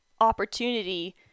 opportunity